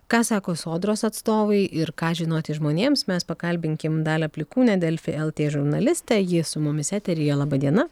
ką sako sodros atstovai ir ką žinoti žmonėms mes pakalbinkim dalią plikūnę delfi lt žurnalistę ji su mumis eteryje laba diena